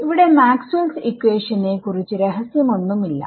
ഇവിടെ മാക്സ്വെൽസ് ഇക്വേഷനെ maxwells equation കുറിച്ച് രഹസ്യം ഒന്നുമില്ല